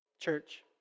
Church